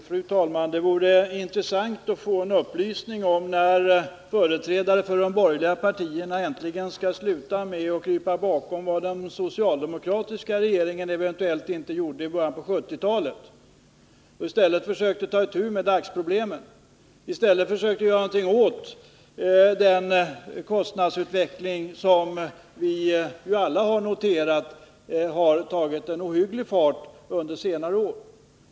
Fru talman! Det vore intressant ätt få en upplysning om när företrädare för de borgerliga partierna äntligen skall sluta att krypa bakom vad den socialdemokratiska regeringen eventuellt inte gjorde i början av 1970-talet och i stället försöka ta itu med dagens problem, i stället försöka göra någonting åt den kostnadsutveckling som, det har vi alla noterat, har tagit en ohygglig fart under senare år.